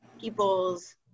people's